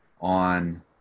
on